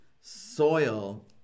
soil